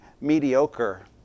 mediocre